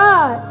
God